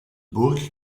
burg